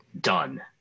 done